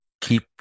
keep